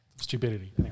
stupidity